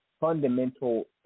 fundamental